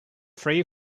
free